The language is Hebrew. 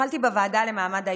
התחלתי בוועדה למעמד האישה,